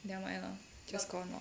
never mind lah just gone lor